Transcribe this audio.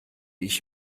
ich